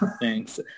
thanks